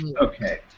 Okay